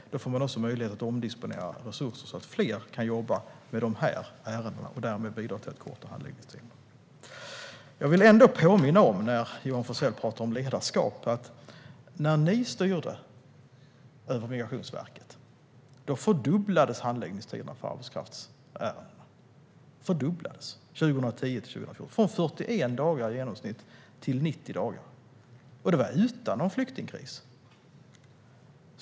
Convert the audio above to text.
Då får man också möjlighet att omdisponera resurser, så att fler kan jobba med de här ärendena och därmed bidra till att korta handläggningstiderna. När Johan Forssell pratar om ledarskap vill jag påminna om att handläggningstiderna i arbetskraftsärenden fördubblades när ni styrde över Migrationsverket. Från 2010 till 2014 ökade den genomsnittliga handläggningstiden från 41 dagar till 90 dagar - utan någon flyktingkris.